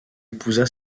épousa